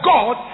God